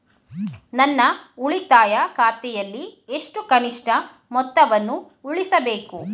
ನನ್ನ ಉಳಿತಾಯ ಖಾತೆಯಲ್ಲಿ ಎಷ್ಟು ಕನಿಷ್ಠ ಮೊತ್ತವನ್ನು ಉಳಿಸಬೇಕು?